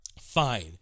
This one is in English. fine